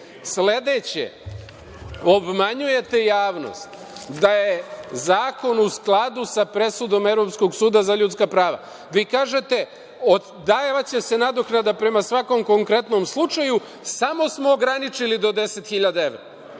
Obmanjujete javnost da je zakon u skladu sa presudom Evropskog suda za ljudska prava. Vi kažete - davaće se nadoknada prema svakom konkretnom slučaju, samo smo ograničili do 10.000 evra.